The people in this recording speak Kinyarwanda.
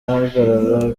ahagarara